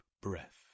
breath